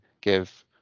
give